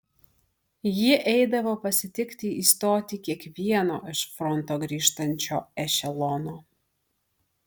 ji eidavo pasitikti į stotį kiekvieno iš fronto grįžtančio ešelono